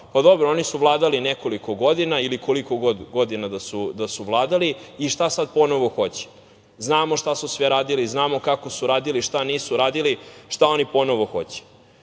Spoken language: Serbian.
– dobro, oni su vladali nekoliko godina ili koliko god godina da su vladali i šta sada ponovo hoće. Znamo šta su sve radili, znamo kako su radili, šta nisu radili, šta oni ponovo hoće. To